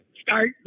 start